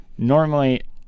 Normally